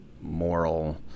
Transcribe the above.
moral